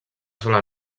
sola